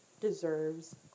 deserves